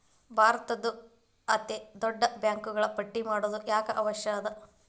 ಭಾರತದ್ದು ಅತೇ ದೊಡ್ಡ ಬ್ಯಾಂಕುಗಳ ಪಟ್ಟಿ ಮಾಡೊದು ಯಾಕ್ ಅವಶ್ಯ ಅದ?